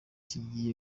kigiye